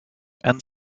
and